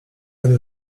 eine